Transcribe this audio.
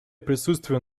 присутствие